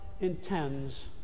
intends